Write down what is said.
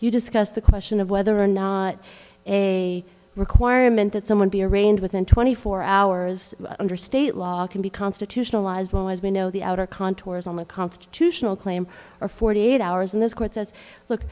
you discuss the question of whether or not a requirement that someone be arraigned within twenty four hours under state law can be constitutionalized well as we know the outer contours on the constitutional claim or forty eight hours in this court says look